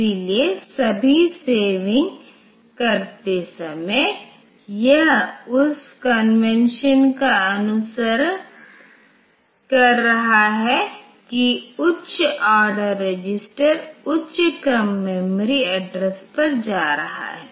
इसलिए सभी सेविंग करते समय यह उस कन्वेंशन का अनुसरण कर रहा है कि उच्च ऑर्डर रजिस्टर उच्च क्रम मेमोरी एड्रेसपर जा रहा है